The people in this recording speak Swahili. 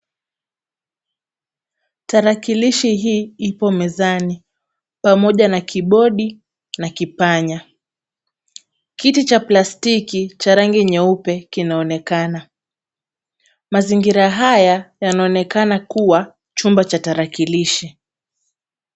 Tarakilishi hii ipo mezani pamoja na kibodi na kipanya. Kiti cha plastiki ya rangi nyeupe kinaonekana. Mazingira haya yanaonekana kuwa chumba cha tarakilishi.